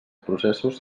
processos